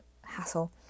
hassle